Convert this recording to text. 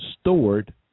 stored